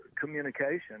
communication